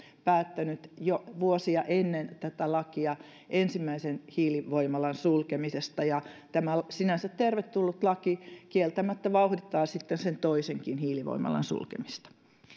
päättänyt jo vuosia ennen tätä lakia ensimmäisen hiilivoimalan sulkemisesta ja tämä sinänsä tervetullut laki kieltämättä vauhdittaa sitten sen toisenkin hiilivoimalan sulkemista